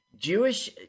Jewish